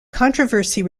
controversy